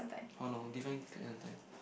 how long define quite some time